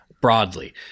broadly